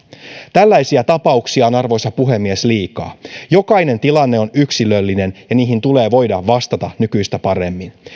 tällaisia tapauksia on arvoisa puhemies liikaa jokainen tilanne on yksilöllinen ja niihin tulee voida vastata nykyistä paremmin